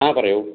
ആ പറയൂ